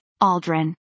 Aldrin